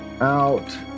out